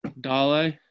Dale